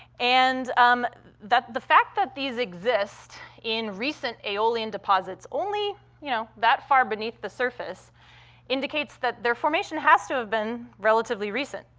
and um the fact that these exist in recent eolian deposits only, you know, that far beneath the surface indicates that their formation has to have been relatively recent,